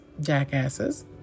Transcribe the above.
jackasses